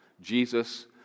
Jesus